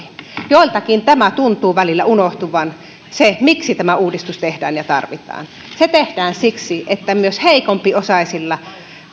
joiltakin tämä tuntuu välillä unohtuvan se miksi tämä uudistus tehdään ja tarvitaan se tehdään siksi että myös heikompiosaisille